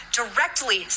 directly